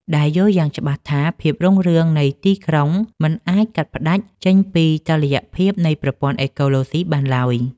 ដែលយល់យ៉ាងច្បាស់ថាភាពរុងរឿងនៃទីក្រុងមិនអាចកាត់ផ្ដាច់ចេញពីតុល្យភាពនៃប្រព័ន្ធអេកូឡូស៊ីបានឡើយ។